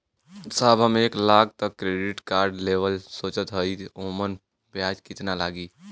साहब हम एक लाख तक क क्रेडिट कार्ड लेवल सोचत हई ओमन ब्याज कितना लागि?